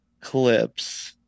clip's